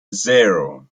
zero